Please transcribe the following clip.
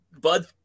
bud